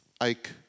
Ike